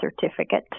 certificate